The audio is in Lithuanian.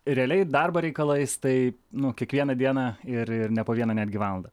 realiai darbo reikalais tai nu kiekvieną dieną ir ir ne po vieną netgi valandą